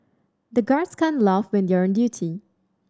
the guards can't laugh when they are on duty